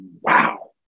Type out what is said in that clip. wow